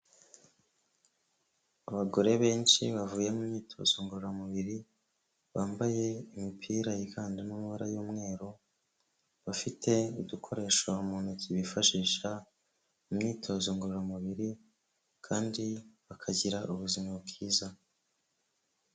Abagore benshi bavuye mu myitozo ngororamubiri bambaye imipira yiganjemo amabara y'umweru bafite udukoresho mu ntoki bifashisha imyitozo ngororamubiri kandi bakagira ubuzima bwiza.